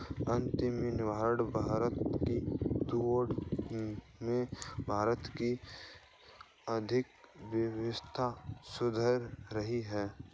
आत्मनिर्भर भारत की दौड़ में भारत की आर्थिक व्यवस्था सुधर रही है